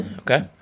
Okay